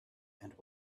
and